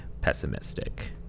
pessimistic